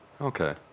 Okay